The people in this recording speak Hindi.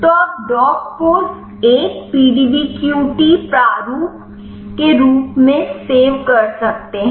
तो आप डॉकेड्पोज 1 पीडीबीक्यूटी प्रारूप dockedpose 1 the PDBQT format के रूप में सेव कर सकते हैं